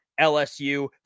LSU